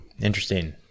Interesting